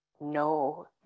no